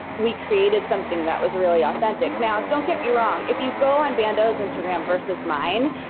we created something that was really authentic. now, don't get me wrong, if you go on ban do's instagram versus mine,